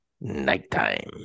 Nighttime